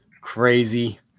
crazy